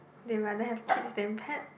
they rather have kids than pet